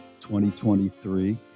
2023